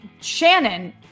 Shannon